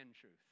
truth